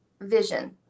vision